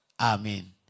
Amen